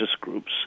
groups